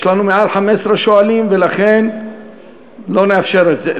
יש לנו יותר מ-15 שואלים, ולכן לא נאפשר את זה.